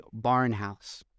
Barnhouse